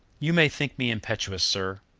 you may think me impetuous, sir,